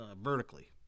vertically